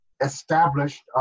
established